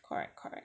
correct correct